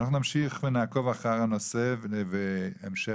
אנחנו נמשיך ונעקוב אחר הנושא והמשך